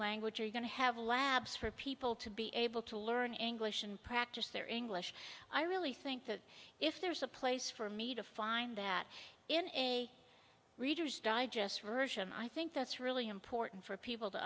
language are you going to have labs for people to be able to learn english and practice their english i really think that if there's a place for me to find that in a reader's digest version i think that's really important for people to